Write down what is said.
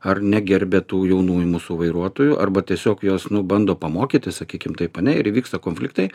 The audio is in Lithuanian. ar negerbia tų jaunųjų mūsų vairuotojų arba tiesiog juos nu bando pamokyti sakykime taip ane ir įvyksta konfliktai